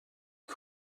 you